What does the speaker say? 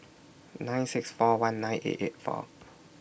nine six four one nine eight eight four